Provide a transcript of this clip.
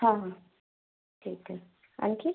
हा हा ठीक आहे आणखी